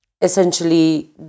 essentially